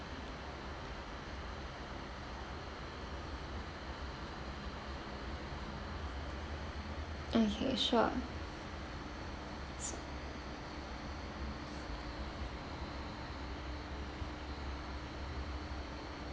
okay sure